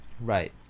Right